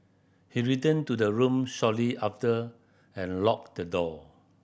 he returned to the room shortly after and locked the door